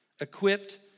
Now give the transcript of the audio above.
equipped